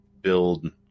build